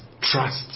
trust